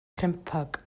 crempog